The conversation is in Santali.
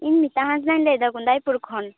ᱤᱧ ᱢᱤᱛᱟ ᱦᱟᱸᱥᱫᱟᱧ ᱞᱟᱹᱭᱮᱫᱟ ᱠᱚᱫᱟᱭᱯᱩᱨ ᱠᱷᱚᱱ